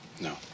No